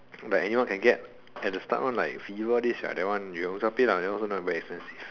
like you know can get at the start one like fever all this ya that one you ownself pay lah also not very expensive